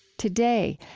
today,